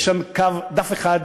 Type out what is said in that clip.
יש שם דף אחד: